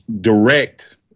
direct